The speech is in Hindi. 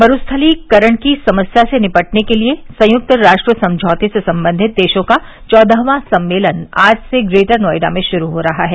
मरुस्थलीकरण की समस्या से निपटने के लिए संयुक्त राष्ट्र समझौते से संबधित देशों का चौदहवां सम्मेलन आज से ग्रेटर नोयडा में शुरू हो रहा है